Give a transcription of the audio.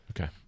Okay